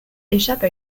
échappe